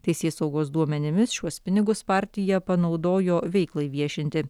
teisėsaugos duomenimis šiuos pinigus partija panaudojo veiklai viešinti